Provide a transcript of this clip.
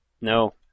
No